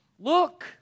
Look